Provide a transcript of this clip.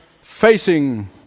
facing